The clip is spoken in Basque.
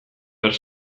behar